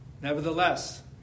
Nevertheless